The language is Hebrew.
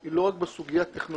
היא לא רק בסוגיה טכנולוגית.